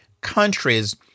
countries